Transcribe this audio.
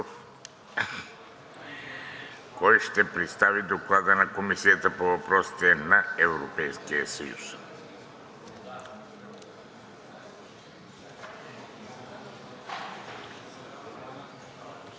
Кой ще представи Доклада на Комисията по въпросите на Европейския съюз?